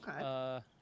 Okay